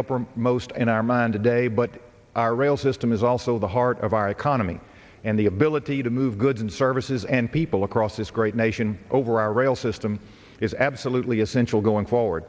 uppermost in our mind today but our rail system is also the heart of our economy and the ability to move goods and services and people across this great nation over our rail system is absolutely essential going forward